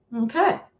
Okay